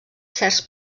certs